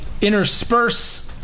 intersperse